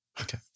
okay